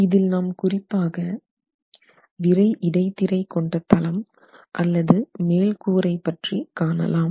இதில் நாம் குறிப்பாக விறை இடைத்திரை கொண்ட தளம் அல்லது மேல்கூரை பற்றி காணலாம்